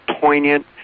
poignant